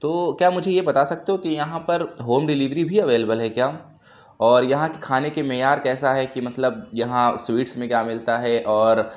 تو کیا مجھے یہ بتا سکتے ہو کہ یہاں پر ہوم ڈلیوری بھی اویلیبل ہے کیا اور یہاں کے کھانے کے معیار کیسا ہے کہ مطلب یہاں سویٹس میں کیا ملتا ہے اور